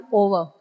over